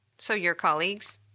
so, your colleagues?